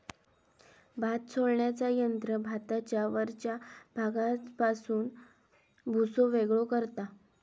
भात सोलण्याचा यंत्र भाताच्या वरच्या भागापासून भुसो वेगळो करता